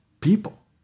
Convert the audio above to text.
people